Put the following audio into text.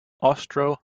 austro